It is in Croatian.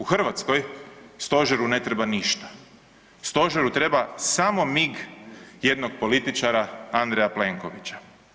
U Hrvatskoj stožeru ne treba ništa, stožeru treba samo mig jednog političara Andreja Plenkovića.